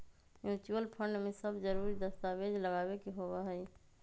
mutual fund में सब जरूरी दस्तावेज लगावे के होबा हई